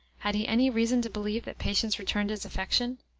had he any reason to believe that patience returned his affection?